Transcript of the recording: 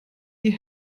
die